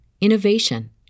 innovation